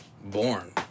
born